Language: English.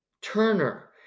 Turner